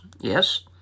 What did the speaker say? yes